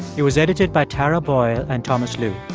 it was edited by tara boyle and thomas lu.